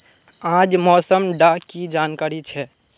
आज मौसम डा की जानकारी छै?